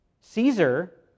Caesar